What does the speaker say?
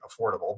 affordable